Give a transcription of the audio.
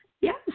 Yes